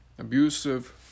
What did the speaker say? abusive